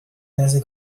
نزد